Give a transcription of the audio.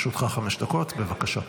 לרשותך חמש דקות, בבקשה.